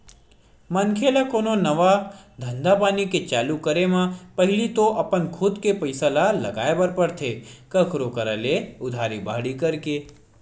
मनखे ल कोनो नवा धंधापानी के चालू करे म पहिली तो अपन खुद के पइसा ल लगाय बर परथे कखरो करा ले उधारी बाड़ही करके